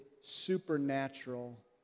supernatural